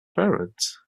parents